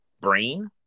brain